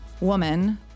woman